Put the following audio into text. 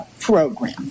program